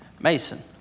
Mason